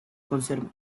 conservan